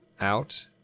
out